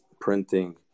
printing